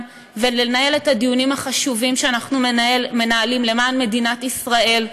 ולנהל את הדיונים החשובים שאנחנו מנהלים למען מדינת ישראל.